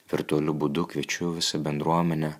virtualiu būdu kviečiu visą bendruomenę